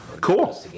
Cool